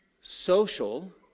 Social